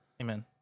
Amen